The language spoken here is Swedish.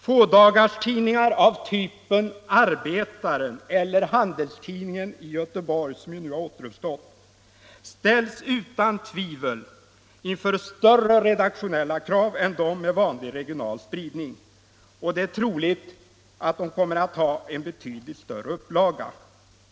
Fådagarstidningar av typen Arbetaren eller Handelstidningen i Göteborg, som nu har återuppstått, ställs utan tvivel inför större redaktionella krav än vanliga tidningar med regional spridning, och det är troligt att de kommer att ha en betydligt större upplaga.